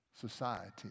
society